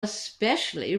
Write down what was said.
especially